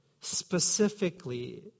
specifically